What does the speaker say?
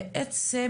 הכסף,